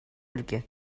ольге